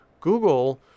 Google